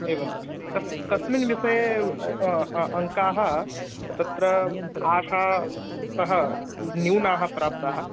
एवं कस् कस्मिन् विषये अङ्काः तत्र आशातः न्यूनाः प्राप्ताः